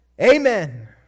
Amen